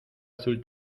azul